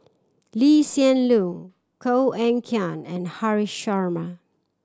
Lee Hsien Loong Koh Eng Kian and Haresh Sharma